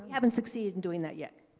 haven't succeeded in doing that yet.